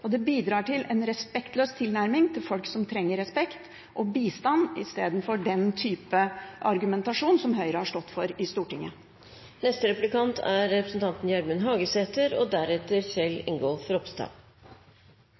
og det bidrar til en respektløs tilnærming til folk som trenger respekt og bistand istedenfor den type argumentasjon som Høyre har stått for i Stortinget. SV og representanten Andersen er